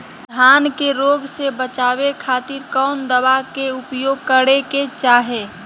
धान के रोग से बचावे खातिर कौन दवा के उपयोग करें कि चाहे?